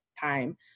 time